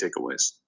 takeaways